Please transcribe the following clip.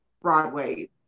broadway